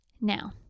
Now